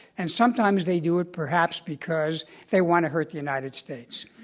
and sometimes they do it perhaps because they want to hurt the united states.